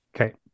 Okay